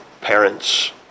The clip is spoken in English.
parents